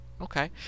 Okay